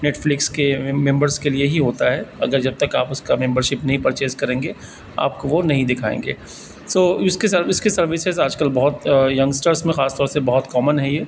Netflix کے members کے لیے ہی ہوتا ہے اگر جب تک آپ اس کا ممبرشپ نہیں پر چیز کریں گے آپ کو وہ نہیں دکھائیں گے سو اس کے اس کے سروسز آج کل بہت ینگسٹرس میں خاص طور سے بہت کامن ہے یہ